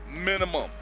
minimum